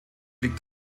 liegt